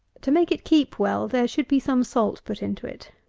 to make it keep well there should be some salt put into it.